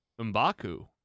M'Baku